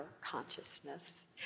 consciousness